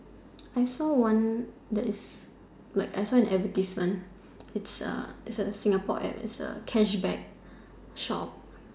I saw one there is like I saw an advertisement its a is a Singapore ad is a cashback shop